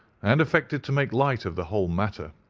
and affected to make light of the whole matter,